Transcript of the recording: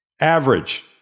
Average